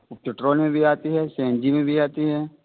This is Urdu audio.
پٹرول میں بھی آتی ہے سی این جی میں بھی آتی ہے